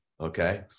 okay